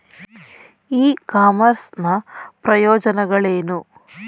E commerce ನ ಪ್ರಯೋಜನಗಳೇನು?